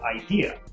idea